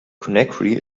conakry